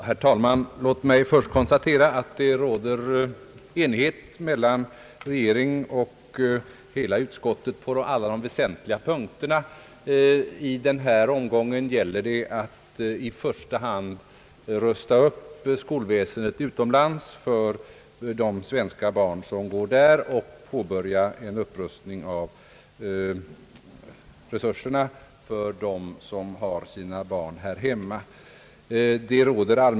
Herr talman! Låt mig först konstatera att det råder enighet mellan regeringen och hela utskottet på alla väsentliga punkter. I denna omgång gäller det att i första hand rusta upp skolväsendet utomlands för de svenska barn som går där och påbörja en upprustning av resurserna för dem som har sina barn här hemma.